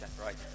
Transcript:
Right